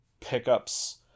pickups